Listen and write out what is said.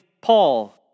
Paul